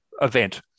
event